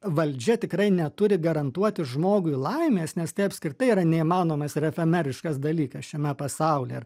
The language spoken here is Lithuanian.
valdžia tikrai neturi garantuoti žmogui laimės nes tai apskritai yra neįmanomas ir efemeriškas dalykas šiame pasaulyje